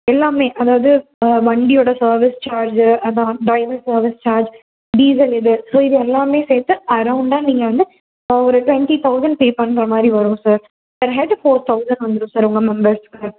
எல்லாம் அதாவது வண்டியோடய சர்வீஸ் சார்ஜ்ஜு அதான் ட்ரைவர் சர்வீஸ் சார்ஜ் டீசல் இது ஸோ இது எல்லாம் சேர்த்து அரௌண்டாக நீங்கள் வந்து ஒரு ட்வெண்ட்டி தௌசண்ட் பே பண்ணுற மாதிரி வரும் sir per head four thousand வந்துடும் சார் உங்கள் மெம்பர்ஸ்க்கு